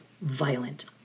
violent